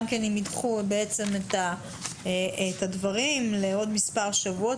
אם ידחו את הדברים לעוד מספר שבועות.